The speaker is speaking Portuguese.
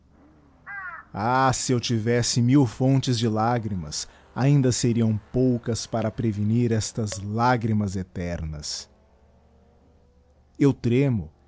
ah se eu tivesse mil fontes de lagrimas ainda seriam poucas para prevenir estas lagrimas eternas eu tremo